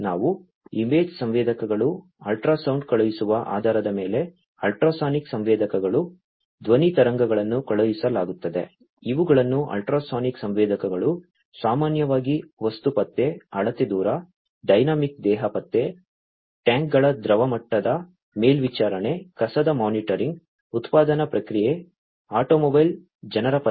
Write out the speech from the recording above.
ನಾವು ಇಮೇಜ್ ಸಂವೇದಕಗಳು ಅಲ್ಟ್ರಾಸೌಂಡ್ ಕಳುಹಿಸುವ ಆಧಾರದ ಮೇಲೆ ಅಲ್ಟ್ರಾಸಾನಿಕ್ ಸಂವೇದಕಗಳು ಧ್ವನಿ ತರಂಗಗಳನ್ನು ಕಳುಹಿಸಲಾಗುತ್ತದೆ ಇವುಗಳನ್ನು ಅಲ್ಟ್ರಾಸಾನಿಕ್ ಸಂವೇದಕಗಳು ಸಾಮಾನ್ಯವಾಗಿ ವಸ್ತು ಪತ್ತೆ ಅಳತೆ ದೂರ ಡೈನಾಮಿಕ್ ದೇಹ ಪತ್ತೆ ಟ್ಯಾಂಕ್ಗಳ ದ್ರವ ಮಟ್ಟದ ಮೇಲ್ವಿಚಾರಣೆ ಕಸದ ಮಾನಿಟರಿಂಗ್ ಉತ್ಪಾದನಾ ಪ್ರಕ್ರಿಯೆ ಆಟೋಮೊಬೈಲ್ ಜನರ ಪತ್ತೆ